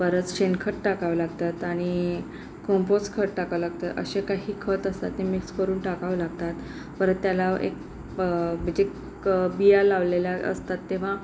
परत शेणखत टाकावं लागतात आणि कंपोज खत टाकावं लागतं असे काही खत असतात ते मिक्स करून टाकावं लागतात परत त्याला एक म्हणजे क बिया लावलेल्या असतात तेव्हा